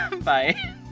Bye